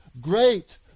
great